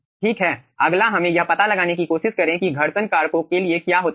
ठीक है अगला हमें यह पता लगाने की कोशिश करें कि घर्षण कारकों के लिए क्या होता है